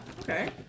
Okay